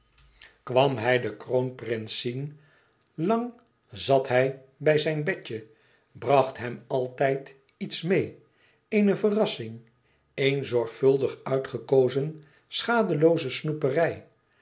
kwam hij den kroonprins zien lang zat hij bij zijn bedje bracht hem altijd iets meê eene verrassing een zorgvuldig uitgekozen schadelooze snoeperij